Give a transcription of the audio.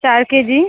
চার কেজি